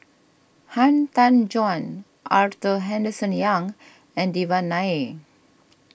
Han Tan Juan Arthur Henderson Young and Devan Nair